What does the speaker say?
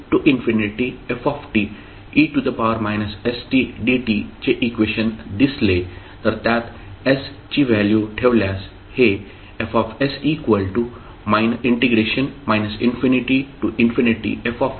e st dt चे equation दिसले तर त्यात s ची व्हॅल्यू ठेवल्यास हे F f